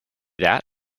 that